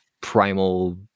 primal